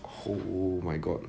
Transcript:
oh my god